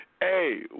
Hey